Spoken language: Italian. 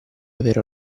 avere